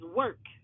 work